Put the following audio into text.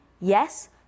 Yes